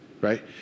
Right